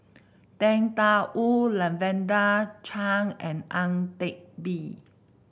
Tang Da Wu Lavender Chang and Ang Teck Bee